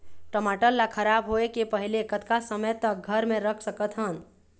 टमाटर ला खराब होय के पहले कतका समय तक घर मे रख सकत हन?